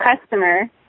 customer